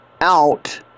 out